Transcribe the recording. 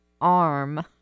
arm